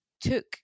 took